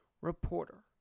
reporter